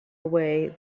away